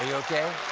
ah okay?